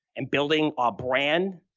and building our brand.